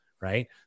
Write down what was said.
right